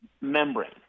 membrane